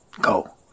go